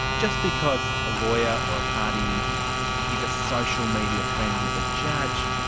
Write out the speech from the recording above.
just because a lawyer or a party is a social media friend with a judge,